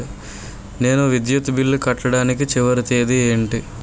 నేను విద్యుత్ బిల్లు కట్టడానికి చివరి తేదీ ఏంటి?